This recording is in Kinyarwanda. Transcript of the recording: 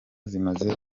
zimaze